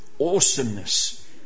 awesomeness